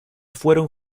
fueron